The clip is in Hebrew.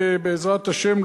בעזרת השם,